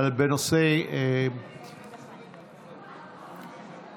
בנושא הרב קוק.